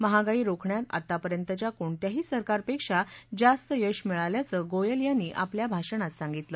महागाई रोखण्यात आतापर्यंतघ्या कोणत्याही सरकारपेक्षा जास्त यश मिळाल्याचं गोयल यांनी आपल्या भाषणात सांगितल